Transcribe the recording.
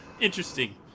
Interesting